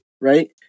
Right